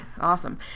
awesome